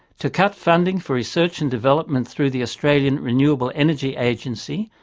to cut funding for research and development through the australian renewable energy agency,